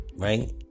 Right